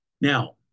Now